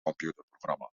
computerprogramma